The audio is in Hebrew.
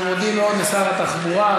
אנחנו מודים מאוד לשר התחבורה.